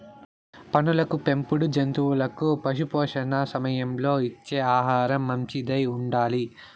పసులకు పెంపుడు జంతువులకు పశుపోషణ సమయంలో ఇచ్చే ఆహారం మంచిదై ఉండాలి